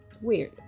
weird